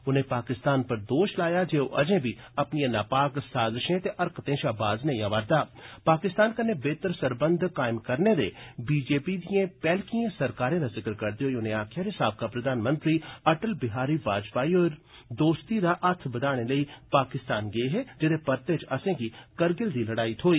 उनें पाकिस्तान पर दोष लाया जे ओ अजें बी अपनिएं नापाक साजिशें ते हरकतें कन्ने बेहतर सरबंध कायम करने दे बीजेपी दिए पैहलकिए सरकारें दा ज़िक्र करदे होई उनें आक्खेआ जे साबका प्रधानमंत्री अटल बिहारी बाजपाई होर दोस्ती दा हत्थ बदाने लेई पाकिस्तान गे हे जेदे परते च असेंगी करगिल दी लड़ाई थ्होई